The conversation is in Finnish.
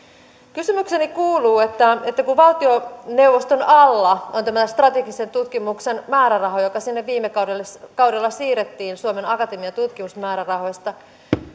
kysymykseni kuuluu kun valtioneuvoston alla on tämä strategisen tutkimuksen määräraha joka sinne viime kaudella kaudella siirrettiin suomen akatemian tutkimusmäärärahoista